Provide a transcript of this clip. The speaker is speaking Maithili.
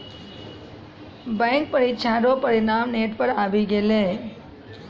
बैंक परीक्षा रो परिणाम नेट पर आवी गेलै